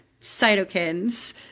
cytokines